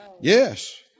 Yes